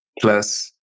plus